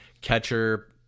catcher